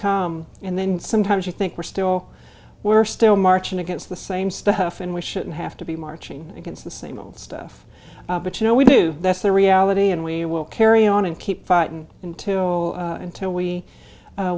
come and then sometimes we think we're still we're still marching against the same stuff and we shouldn't have to be marching against the same old stuff but you know we do that's the reality and we will carry on and keep fighting until until we